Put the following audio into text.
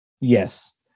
yes